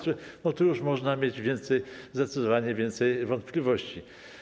Tu już można mieć więcej, zdecydowanie więcej wątpliwości.